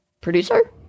producer